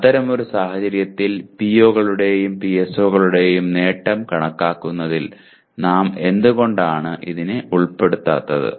അത്തരമൊരു സാഹചര്യത്തിൽ പിഒകളുടെയും പിഎസ്ഒകളുടെയും നേട്ടം കണക്കാക്കുന്നതിൽ നാം എന്ത് കൊണ്ടാണ് അതിനെ ഉൾപെടുത്താത്തത്